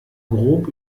grob